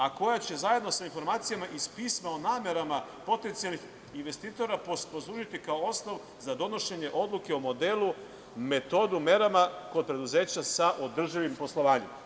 A koja će zajedno sa informacijama iz pisma o namerama potencijalnih investitora poslužiti kao osnov za donošenje odluke o modelu, metode mera kod preduzeća sa održivim poslovanjem.